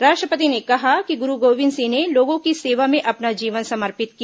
राष्ट्रपति ने कहा कि गुरु गोविंद सिंह ने लोगों की सेवा में अपना जीवन समर्पित किया